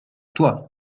toi